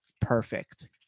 perfect